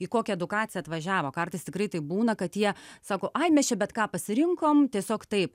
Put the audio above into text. į kokią edukaciją atvažiavo kartais tikrai taip būna kad jie sako ai mes čia bet ką pasirinkom tiesiog taip